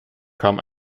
kam